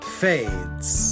fades